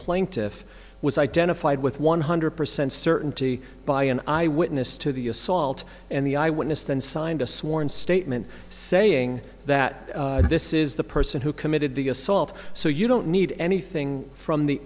plaintiff was identified with one hundred percent certainty by an eye witness to the assault and the eyewitness then signed a sworn statement saying that this is the person who committed the assault so you don't need anything from the